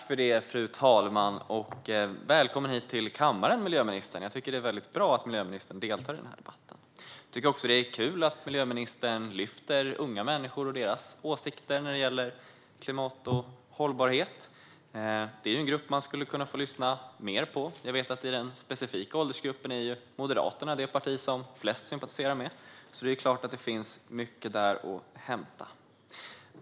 Fru talman! Välkommen hit till kammaren, miljöministern! Det är väldigt bra att miljöministern deltar i den här debatten. Det är också kul att miljöministern lyfter fram unga människor och deras åsikter när det gäller klimat och hållbarhet. Den är en grupp man skulle kunna få lyssna mer på. Jag vet att i den specifika åldersgruppen är Moderaterna det parti som flest sympatiserar med. Det är klart att det finns mycket där att hämta.